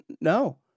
No